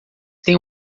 têm